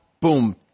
boom